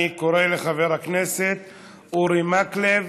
אני קורא לחבר הכנסת אורי מקלב,